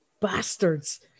bastards